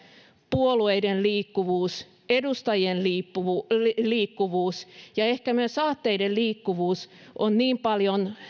puolueiden liikkuvuus edustajien liikkuvuus ja ehkä myös aatteiden liikkuvuus on paljon